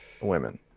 women